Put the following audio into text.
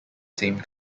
same